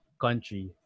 country